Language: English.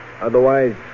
Otherwise